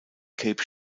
cape